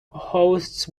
hosts